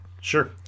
sure